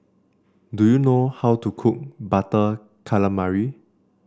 do you know how to cook Butter Calamari